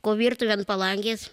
sakau virtuvėj ant palangės